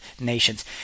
nations